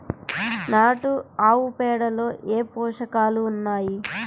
నాటు ఆవుపేడలో ఏ ఏ పోషకాలు ఉన్నాయి?